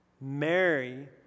Mary